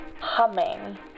humming